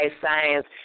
science